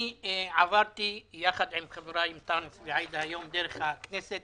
אני עברתי יחד עם חבריי אנטאנס ועאידה היום דרך הכנסת